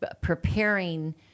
preparing